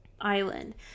island